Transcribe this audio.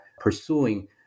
pursuing